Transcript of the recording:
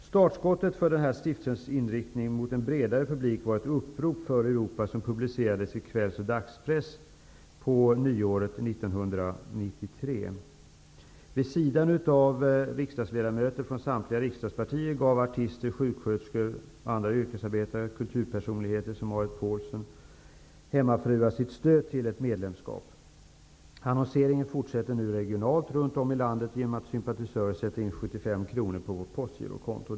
Startskottet för denna stiftelses inriktning mot en bredare publik var ett upprop för Europa, vilket publicerades i kvälls och dagspress vid nyåret 1993. Vid sidan av riksdagsledamöter från samtliga riksdagspartier gav artister, sjuksköterskor, andra yrkesarbetare och kulturpersonligheter såsom Marit Paulson samt hemmafruar sitt stöd för ett medlemskap. Annonseringen fortsätter nu regionalt runt om i landet genom att sympatisörer sätter in 75 kr på stiftelsens postgirokonto.